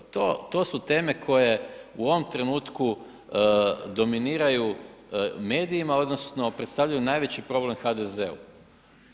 To su teme koje u ovom trenutku dominiraju medijima odnosno predstavljaju najveći problem HDZ-u.